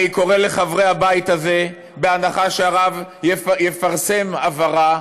אני קורא לחברי הבית הזה, בהנחה שהרב יפרסם הבהרה,